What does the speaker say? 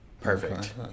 Perfect